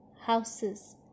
houses